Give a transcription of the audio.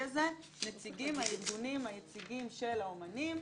הזה נציגים מהארגונים היציגים של האומנים,